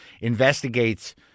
investigates